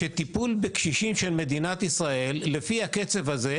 שהטיפול בקשישים של מדינת ישראל יעבור